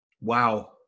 wow